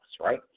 right